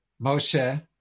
Moshe